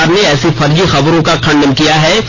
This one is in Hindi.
सरकार ने ऐसी फर्जी खबरों का खंडन किया है